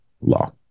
law